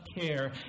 care